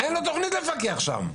לפקח שם.